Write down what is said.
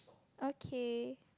okay